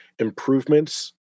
improvements